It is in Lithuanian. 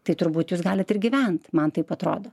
tai turbūt jūs galit ir gyveni man taip atrodo